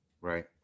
Right